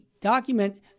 document